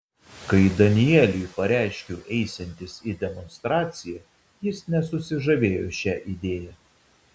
kai danieliui pareiškiau eisiantis į demonstraciją jis nesusižavėjo šia idėja